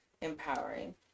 empowering